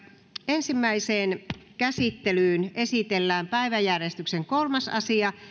ensimmäiseen käsittelyyn esitellään päiväjärjestyksen kolmas asia